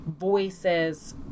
voices